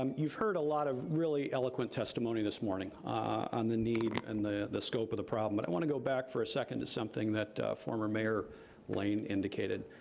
um you've heard a lot of really eloquent testimony this morning on the need and the the scope of the problem and but i want to go back for a second to something that former mayor lane indicated,